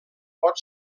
pot